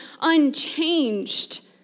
unchanged